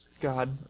God